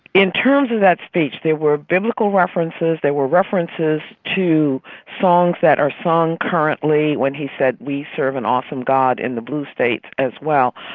in terms of that speech, they were biblical references, they were references to songs that are sung currently when he said, we serve an awesome god in the blue states as well.